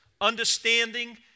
understanding